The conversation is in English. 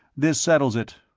this settles it!